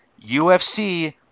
UFC